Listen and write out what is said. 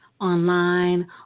online